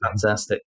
fantastic